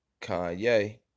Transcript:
Kanye